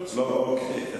לא, לא שיניתי.